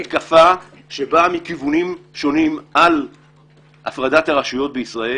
שבאה מכיוונים שונים על הפרדת הרשויות בישראל.